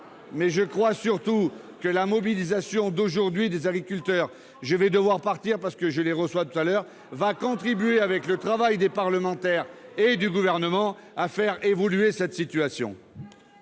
je crois que la mobilisation d'aujourd'hui des agriculteurs- je vais devoir quitter le Sénat, parce que je les reçois tout à l'heure -va contribuer, avec le travail des parlementaires et du Gouvernement, à faire évoluer la situation.